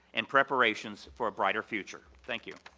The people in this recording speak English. and preparations for a brighter future. thank you.